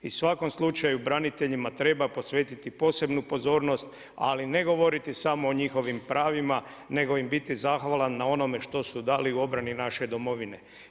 I u svakom slučaju treba posvetiti posebnu pozornost ali ne govoriti samo o njihovim pravima nego im biti zahvalan na onome što su dali u obrani naše domovine.